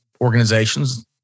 organizations